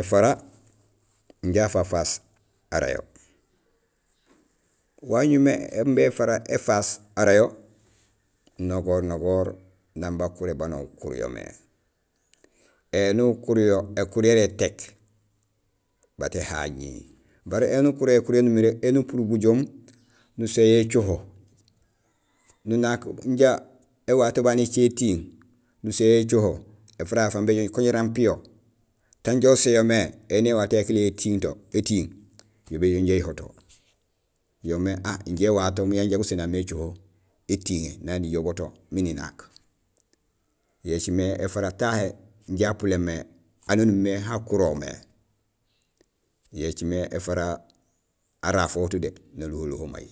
Ēfara inja afafaas arayo wañumé imbi éfara éfaas arayo nogonogoor nang bakuré baan aw ukuur yo mé. Éni ukuur yo ékuur yara étéék, bat éhaŋihi baré éni ukuur yo ékuur yaan umiré éni upurul bujoom nuséén yo écoho, nunaak jaraam éwato baan écé étiiŋ nuséén yo écoho, éfara yayu fang béjoow kun jaraam piyo taan inja usén yo mé éni éwato yayu étiiŋ yo béjool inja éyuhoto. Yoomé ah injé éwatohoom janja gusénaam mé icoho étiŋé naak nijoow bo to miin inaak. Yo écimé éfara tahé inja apuléén mé aan haan umimé ha kurool mé. Yo écimé éfara arafohut dé, naluhululho may.